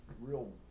real